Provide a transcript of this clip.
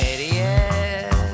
idiot